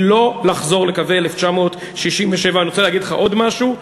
היא שלא לחזור לקווי 67'. אני רוצה להגיד לך עוד משהו,